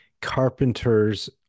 carpenter's